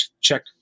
check